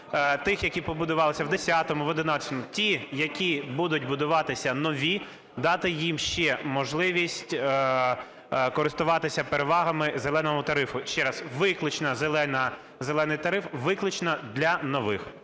тих, які побудувалися в 2010-му, в 2011-му. Ті, які будуть будуватися нові, дати їм ще можливість користуватися перевагами "зеленого" тарифу. Ще раз, виключно "зелений" тариф виключно для нових.